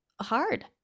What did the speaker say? hard